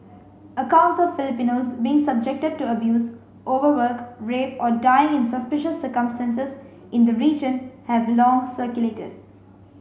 accounts of Filipinos being subjected to abuse overwork rape or dying in suspicious circumstances in the region have long circulated